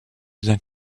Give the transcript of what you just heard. bien